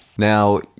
Now